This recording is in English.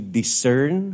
discern